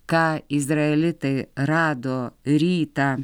ką izraelitai rado rytą